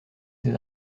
ses